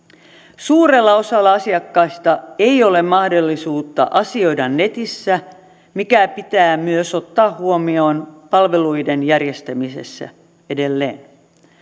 suurella osalla asiakkaista ei ole mahdollisuutta asioida netissä mikä pitää myös edelleen ottaa huomioon palveluiden järjestämisessä